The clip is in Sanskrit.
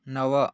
नव